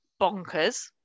bonkers